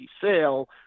sale